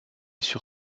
sur